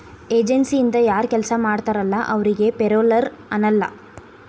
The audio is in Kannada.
ಏಜನ್ಸಿಯಿಂದ ಯಾರ್ ಕೆಲ್ಸ ಮಾಡ್ತಾರಲ ಅವರಿಗಿ ಪೆರೋಲ್ಲರ್ ಅನ್ನಲ್ಲ